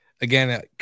again